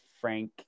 frank